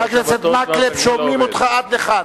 חבר הכנסת מקלב, שומעים אותך עד לכאן.